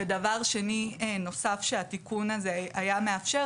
ודבר שני נוסף שהתיקון הזה היה מאפשר,